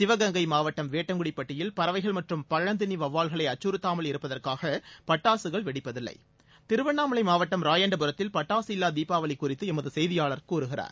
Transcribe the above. சிவகங்கை மாவட்டம் வேட்டங்குடி பட்டியில் பறவைகள் மற்றும் பழந்தின்னி வௌவால்களை அச்சுறுத்தாமல் இருப்பதற்காக பட்டாசுகள் வெடிப்பதில்லை திருவண்ணாமலை மாவட்டம் ராயண்டபுரத்தில் பட்டாசு இல்லா தீபாவளி குறித்து எமது செய்தியாளர் கூறுகிறார்